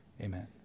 Amen